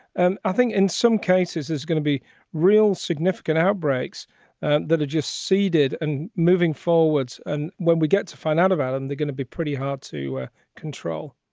and i think in some cases it's gonna be real significant outbreaks that are just seeded and moving forwards. and when we get to find out about them, they're gonna be pretty hard to control